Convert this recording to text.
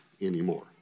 anymore